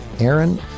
Aaron